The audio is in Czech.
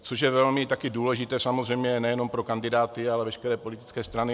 Což je také velmi důležité samozřejmě nejenom pro kandidáty, ale veškeré politické strany.